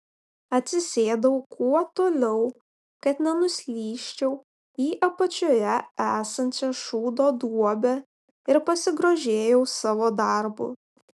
atsisėdau kuo toliau kad nenuslysčiau į apačioje esančią šūdo duobę ir pasigrožėjau savo darbu